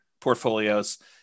portfolios